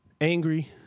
angry